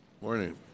morning